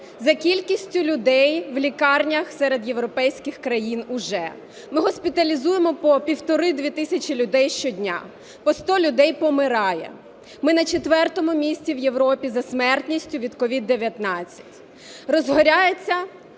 за кількістю людей в лікарнях серед європейських країн уже? Ми госпіталізуємо по півтори - дві тисячі людей щодня, по сто людей помирає. Ми на четвертому місці в Європі за смертністю від COVID-19. Розгорається